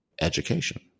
education